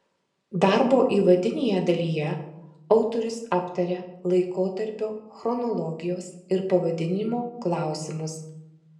darbo įvadinėje dalyje autorius aptaria laikotarpio chronologijos ir pavadinimo klausimus